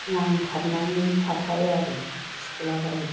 नांथाबनानै थाथारो आरो थिफुलाबायो